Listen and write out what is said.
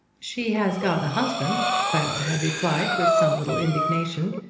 she has got a husband, clara had replied with some little indignation,